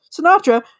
Sinatra